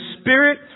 spirit